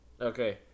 Okay